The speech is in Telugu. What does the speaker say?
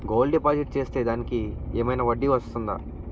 గోల్డ్ డిపాజిట్ చేస్తే దానికి ఏమైనా వడ్డీ వస్తుందా?